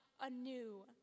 anew